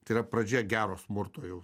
tai yra pradžia gero smurto jau